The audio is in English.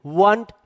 want